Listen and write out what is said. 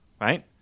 Right